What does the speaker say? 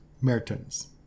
mertens